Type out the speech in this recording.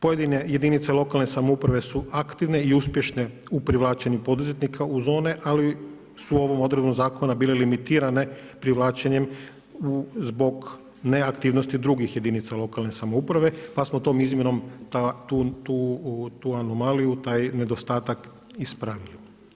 Pojedine jedinice lokalne samouprave su aktivne i uspješne u privlačenju poduzetnika u zone, ali su ovom odredbom zakona bile limitirane privlačenjem zbog neaktivnosti drugih jedinica lokalne samouprave pa smo tom izmjenom tu anomaliju, taj nedostatak ispravili.